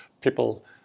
people